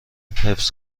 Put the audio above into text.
حفظ